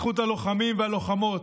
הלוחמים והלוחמות,